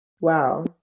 Wow